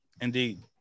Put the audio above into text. indeed